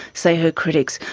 say her critics,